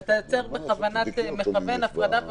- אתה יוצר בכוונת מכוון הפרדה ואומר: